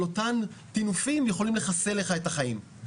אותם טינופים יכולים לחסל לך את החיים.